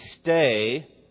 stay